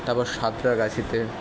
তারপর সাঁতরাগাছিতে